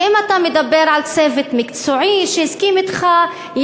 ואם אתה מדבר על צוות מקצועי שהסכים אתך,